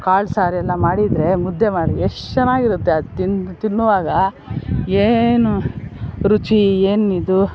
ಕಾಳು ಸಾರು ಎಲ್ಲ ಮಾಡಿದರೆ ಮುದ್ದೆ ಮಾಡಿದರೆ ಎಷ್ಟು ಚೆನ್ನಾಗಿರುತ್ತೆ ಅದು ತಿನ್ ತಿನ್ನುವಾಗ ಏನು ರುಚಿ ಏನು ಇದು